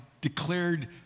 declared